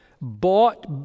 bought